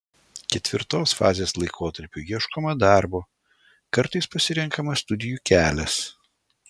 ketvirtos fazės laikotarpiu ieškoma darbo kartais pasirenkama studijų kelias